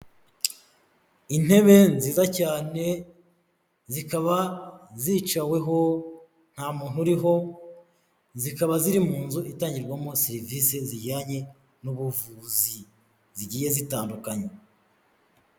Intebe nziza cyane zikaba zicaweho nta muntu uriho, zikaba ziri mu nzu itangirwamo serivise zijyanye n'ubuvuzi zigiye zitandukanye.